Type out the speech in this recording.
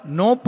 no